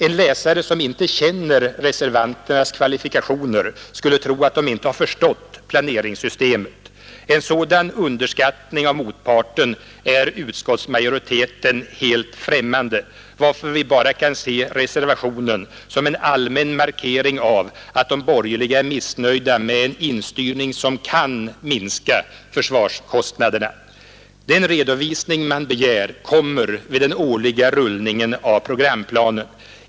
En läsare som inte känner reservanternas kvalifikationer skulle av detta förledas tro att de inte har förstått planeringssystemet. En sådan underskattning av motparten är utskottsmajoriteten helt främmande för, varför vi bara kan se reservationen som en allmän markering av att de borgerliga är missnöjda med en instyrning som kan minska försvarskostnaderna. Den redovisning man begär kommer vid den årliga rullningen av programplanen.